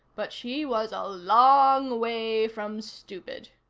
but she was a long way from stupid.